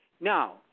Now